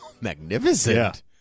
Magnificent